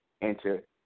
enter